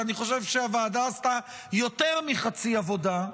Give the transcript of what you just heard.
כי אני חושב שהוועדה עשתה יותר מחצי עבודה,